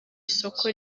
isoko